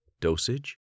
dosage